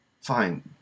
Fine